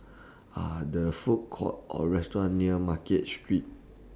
Are The Food Courts Or restaurants near Market Street